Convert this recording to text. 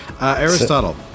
Aristotle